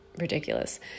ridiculous